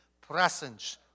presence